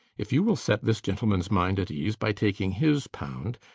if you will set this gentleman's mind at ease by taking his pound,